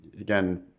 again